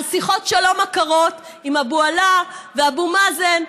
שיחות שלום עקרות עם אבו עלא ואבו מאזן,